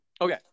Okay